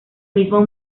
mismo